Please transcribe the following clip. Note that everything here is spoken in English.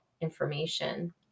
information